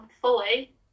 fully